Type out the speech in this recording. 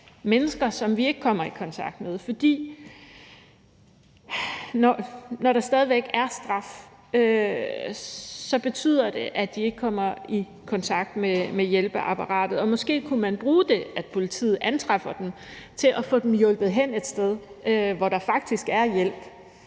mennesker, som vi ikke kommer i kontakt med, fordi det, at der stadig væk er straf, betyder, at de ikke kommer i kontakt med hjælpeapparatet. Og måske kunne man bruge det, at politiet antræffer dem, til at få dem hjulpet hen et sted, hvor der faktisk er hjælp.